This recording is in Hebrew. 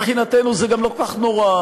ומבחינתנו זה לא כל כך נורא,